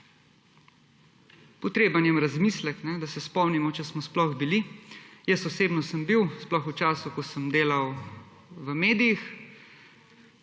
Potreben je razmislek, da se spomnimo, če smo sploh bili. Jaz osebno sem bil, sploh v času, ko sem delal v medijih.